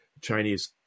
Chinese